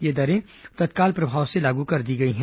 ये दरें तत्काल प्रभाव से लागू कर दी गई हैं